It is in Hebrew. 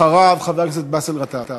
אחריו, חבר הכנסת באסל גטאס.